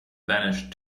vanished